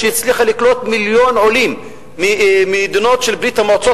שהצליחה לקלוט מיליון עולים ממדינות של ברית-המועצות